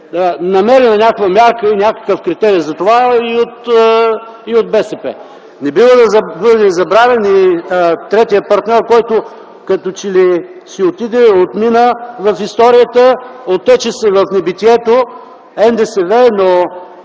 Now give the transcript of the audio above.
мярка и някакъв критерий за това, и от БСП. Не бива да бъде забравен и третият партньор, който като че ли си отиде, отмина в историята, оттече се в небитието – НДСВ. Те